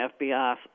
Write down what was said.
FBI